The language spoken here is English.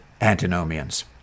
antinomians